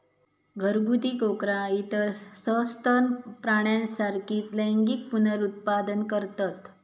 घरगुती कोकरा इतर सस्तन प्राण्यांसारखीच लैंगिक पुनरुत्पादन करतत